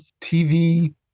TV